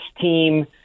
team